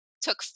took